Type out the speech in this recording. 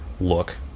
look